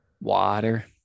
water